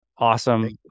Awesome